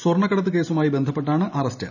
സ്വർണ്ണക്കള്ളക്കടത്ത് കേസുമായി ബന്ധപ്പെട്ടാണ് അറസ്റ്റ്